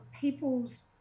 people's